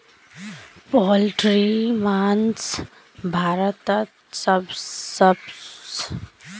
पोल्ट्रीर मांस भारतत सबस लोकप्रिय मांस छिके